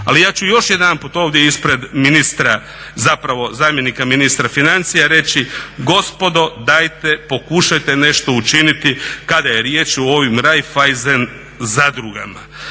ali ja ću još jedanput ovdje ispred zamjenika ministra financija reći, gospodo dajte pokušajte nešto učiniti kada je riječ o ovim Raiffeisen zadrugama.